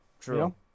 True